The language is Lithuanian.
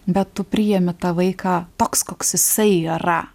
bet tu priimi tą vaiką toks koks jisai yra